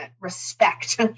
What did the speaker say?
respect